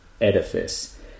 edifice